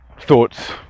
thoughts